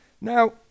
Now